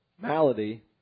malady